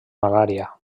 malària